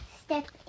step